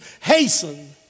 hasten